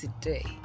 today